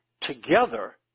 together